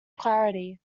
clarity